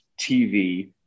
TV